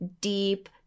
deep